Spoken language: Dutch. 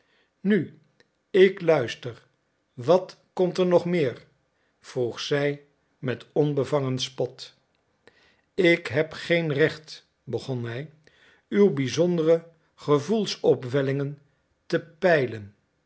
nu ik luister wat komt er nog meer vroeg zij met onbevangen spot ik heb geen recht begon hij uw bizondere gevoelsopwellingen te peilen